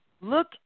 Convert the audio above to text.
Look